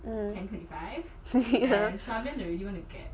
mmhmm